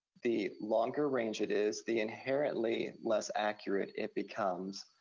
the longer range it is, the inherently less accurate it becomes,